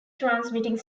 transmitting